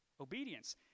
obedience